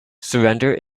surrender